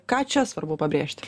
ką čia svarbu pabrėžti